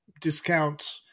discount